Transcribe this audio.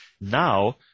now